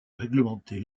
réglementer